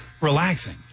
relaxing